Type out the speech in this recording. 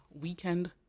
weekend